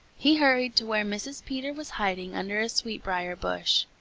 he hurried to where mrs. peter was hiding under a sweet-briar bush.